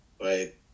Right